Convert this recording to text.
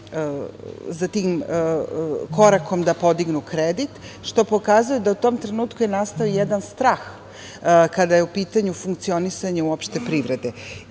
za tim korakom da podignu kredit, što pokazuje da je u tom trenutku nastao jedan strah kada je u pitanju funkcionisanje uopšte privrede.I